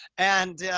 and, yeah